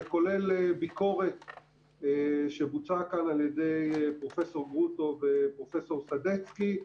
זה כולל ביקורת שבוצעה כאן על ידי פרופ' גרוטו ופרופ' סדצקי,